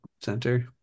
center